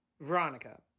Veronica